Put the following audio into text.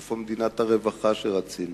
איפה מדינת הרווחה שרצינו?